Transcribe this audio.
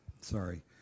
sorry